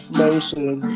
motion